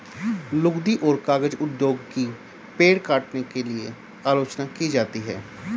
लुगदी और कागज उद्योग की पेड़ काटने के लिए आलोचना की जाती है